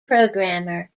programmer